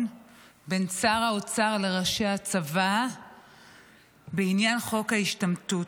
בין שר האוצר לראשי הצבא בעניין חוק ההשתמטות,